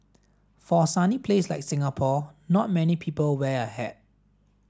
for a sunny place like Singapore not many people wear a hat